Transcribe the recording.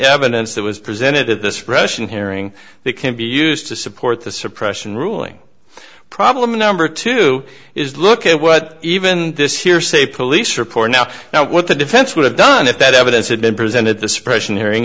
evidence that was presented at this pression hearing that can be used to support the suppression ruling problem number two is look at what even this hearsay police report now now what the defense would have done if that evidence had been presented the suppression hearing